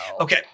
Okay